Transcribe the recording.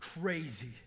crazy